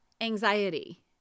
anxiety